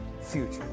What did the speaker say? future